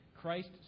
Christ